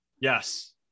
Yes